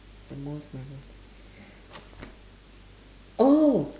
the most memora~ oh